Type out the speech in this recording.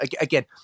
again